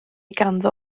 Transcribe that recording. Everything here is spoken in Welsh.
ganddo